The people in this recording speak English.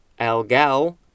Algal